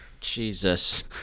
Jesus